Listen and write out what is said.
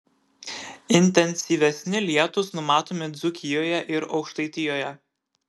intensyvesni lietūs numatomi dzūkijoje ir aukštaitijoje